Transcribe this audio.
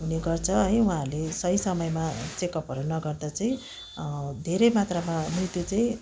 हुने गर्छ है उहाँहरूले सही समयमा चेकअपहरू नगर्दा चाहिँ धेरै मात्रामा मृत्यु चाहिँ